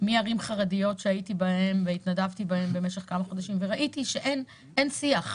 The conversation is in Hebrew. מערים חרדיות שהייתי בהן והתנדבתי בהן במשך כמה חודשים וראיתי שאין שיח.